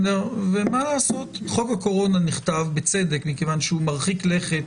וחוק הקורונה מרחיק לכת